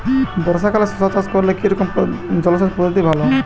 বর্ষাকালে শশা চাষ করলে কি রকম জলসেচ পদ্ধতি ভালো?